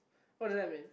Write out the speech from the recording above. what does that mean